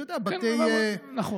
נכון,